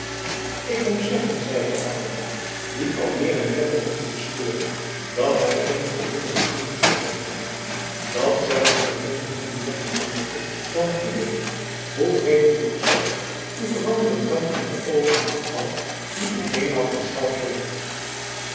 ik moet zeggen zeide arkel die al meer en meer begon te bespeuren dat hij geene gewone boerin voor zich had dat zijne vermomming hem meer veranderde dan de uwe hoe vreemd die ook zij u veranderen kan in de oogen van al wie u eenmaal aanschouwd heeft